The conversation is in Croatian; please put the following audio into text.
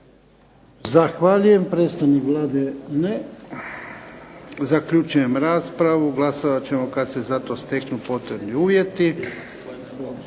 Zahvaljujem. Predstavnik Vlade? Ne. Zaključujem raspravu. Glasovat ćemo kad se za to steknu potrebni uvjeti.